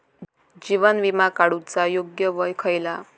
जीवन विमा काडूचा योग्य वय खयला?